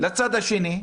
לצד השני,